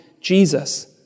Jesus